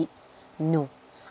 no